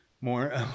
more